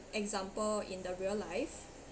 example in the real life